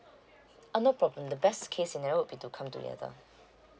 ah no problem the best case scenario will be to come together